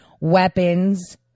weapons